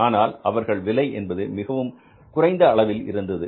ஆனால் அவர்கள் விலை என்பது மிகவும் குறைந்த அளவில் இருந்தது